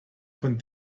von